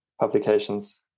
publications